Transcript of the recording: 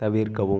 தவிர்க்கவும்